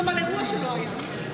גם על אירוע שלא היה.